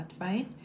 right